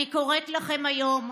אני קוראת לכם היום: